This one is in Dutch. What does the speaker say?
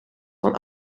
van